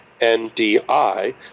NDI